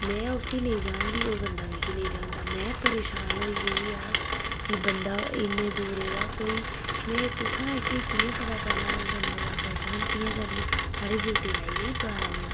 में उसी नेईं जानदी ओह् बंदा मिगी नेईं जानदा में परेशान होई गेई यार कि बंदा इन्ने दूरे कोई में कुत्थैं इसी कियां पता करना हून बंदे दा पैह्चान कियां करनी साढ़ी ड्यूटी लाई गेई बारामूला